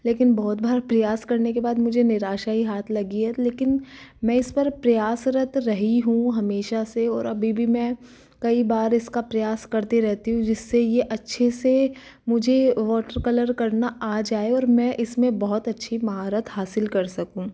लेकिन बहुत बार प्रयास करने के बाद मुझे निराशा ही हाथ लगी है लेकिन मैं इस पर प्रयासरत रही हूँ हमेशा से और अभी भी मैं कई बार इसका प्रयास करती रहती हूँ जिससे यह अच्छे से मुझे वॉटर कलर करना आ जाए और मैं इसमें बहुत अच्छी महारत हासिल कर सकूँ